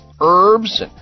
herbs